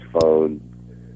phone